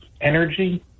energy